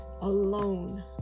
Alone